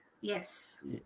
Yes